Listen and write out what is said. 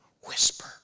whisper